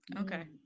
Okay